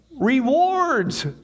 rewards